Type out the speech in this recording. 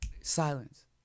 silence